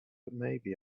butmaybe